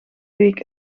week